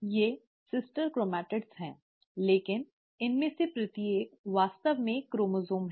ये sister chromatid हैं लेकिन इनमें से प्रत्येक वास्तव में एक क्रोमसोम है